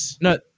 No